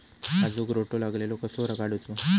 काजूक रोटो लागलेलो कसो काडूचो?